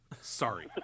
Sorry